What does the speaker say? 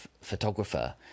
photographer